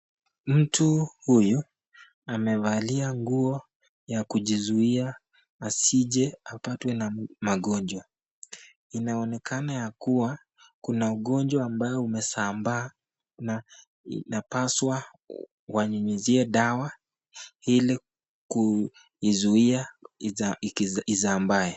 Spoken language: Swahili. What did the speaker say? Mtu huyu amevalia nguo za kujizuia asije akapatwa na magonjwa. Inaonekana ya kuwa kuna ugonjwa ambao umezambaa na napaswa kunyunyusia dawa ili kuzuia isambae